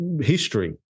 history